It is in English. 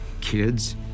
Kids